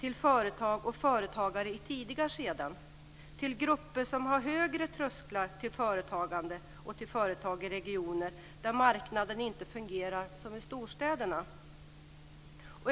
till företag och företagare i tidiga skeden - till grupper som har högre trösklar gentemot företagande och till företag i regioner där marknaden inte fungerar som i storstäderna.